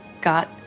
got